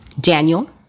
Daniel